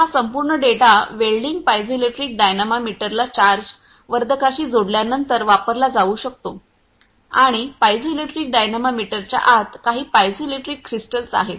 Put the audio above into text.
तर हा संपूर्ण डेटा वेल्डिंग पायझोइलेक्ट्रिक डायनामामीटरला चार्ज वर्धकांशी जोडल्यानंतर वापरला जाऊ शकतो आणि पायझोइलेक्ट्रिक डायनामामीटरच्या आत काही पायझोइलेक्ट्रिक क्रिस्टल्स आहेत